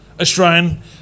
Australian